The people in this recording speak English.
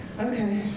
Okay